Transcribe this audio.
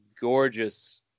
gorgeous